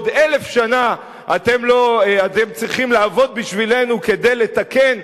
עוד אלף שנה אתם צריכים לעבוד בשבילנו כדי לתקן,